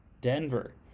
Denver